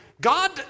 God